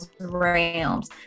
realms